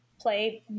play